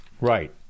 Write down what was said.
Right